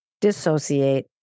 dissociate